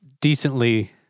decently